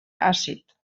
àcid